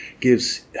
gives